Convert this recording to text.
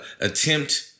attempt